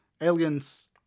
Aliens